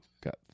got